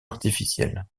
artificiel